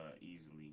easily